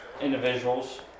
individuals